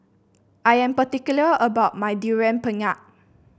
I am particular about my Durian Pengat